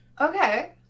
Okay